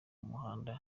muhanda